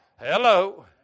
Hello